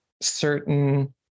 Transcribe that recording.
certain